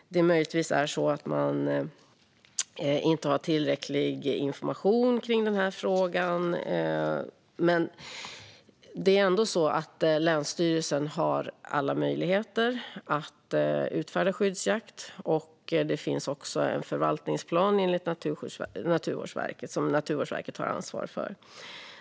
Möjligtvis har man inte tillräcklig information i frågan. Länsstyrelsen har dock alla möjligheter att bevilja skyddsjakt, och det finns också en förvaltningsplan som Naturvårdsverket har ansvar för.